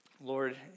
Lord